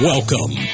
Welcome